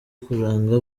kuranga